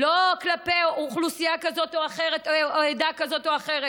כלפי אוכלוסייה כזאת או אחרת או עדה כזאת או אחרת,